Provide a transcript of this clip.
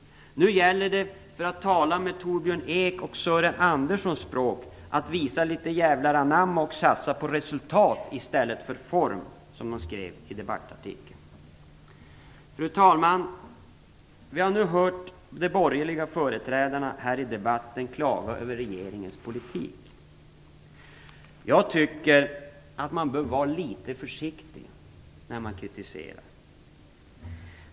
Nu gäller det, för att tala med Torbjörn Eks och Sören Anderssons språk i debattartikeln, att "visa litet jävlar anamma och satsa på resultat i stället för form". Fru talman! Vi har nu hört de borgerliga företrädarna i debatten klaga över regeringens politik. Jag tycker att man bör vara litet försiktig när man kritiserar.